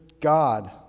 God